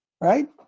Right